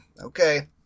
okay